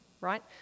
right